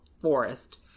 forest